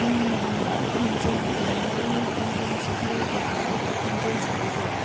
ꯃꯤꯒꯤ ꯈꯣꯟꯖꯦꯜ ꯒꯥꯔꯤꯒꯤ ꯈꯣꯟꯖꯦꯜ ꯁꯍꯔꯗꯒꯤ ꯊꯣꯛꯂꯛꯄ ꯈꯣꯟꯖꯦꯜꯁꯤꯡ ꯑꯗꯣ